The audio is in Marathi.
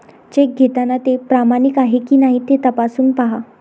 चेक घेताना ते प्रमाणित आहे की नाही ते तपासून पाहा